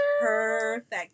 perfect